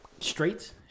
Straight